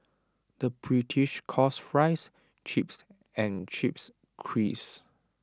the British calls Fries Chips and Chips Crisps